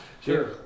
Sure